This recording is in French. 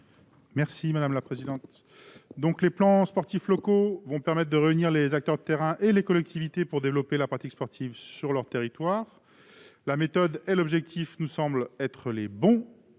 M. Thomas Dossus. Les plans sportifs locaux vont permettre de réunir les acteurs de terrain et les collectivités pour développer la pratique sportive dans les territoires. La méthode et l'objectif nous semblent bons,